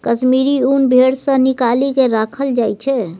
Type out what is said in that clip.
कश्मीरी ऊन भेड़ सँ निकालि केँ राखल जाइ छै